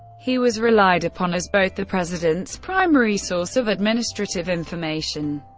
he was relied upon as both the president's primary source of administrative information,